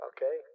Okay